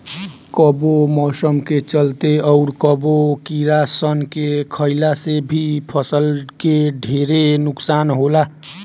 कबो मौसम के चलते, अउर कबो कीड़ा सन के खईला से भी फसल के ढेरे नुकसान होला